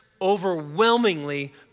overwhelmingly